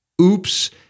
oops